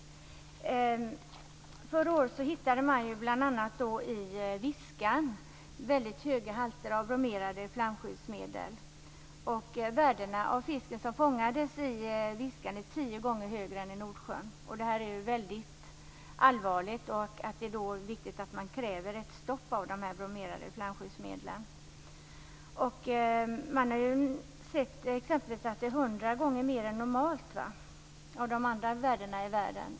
Förra året hittade man bl.a. i Viskan väldigt höga halter av bromerade flamskyddsmedel. Värdena i fisken som fångades i Viskan var tio gånger högre än i den fisk som fångades i Nordsjön. Det är mycket allvarligt, och det är viktigt att man kräver ett stopp för de här bromerade flamskyddsmedlen. Man har exempelvis sett att värdena är hundra gånger högre än normalt i Viskan jämfört med övriga världen.